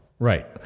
Right